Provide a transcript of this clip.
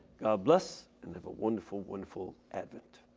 god bless and have a wonderful, wonderful advent.